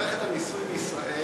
מערכת המיסוי בישראל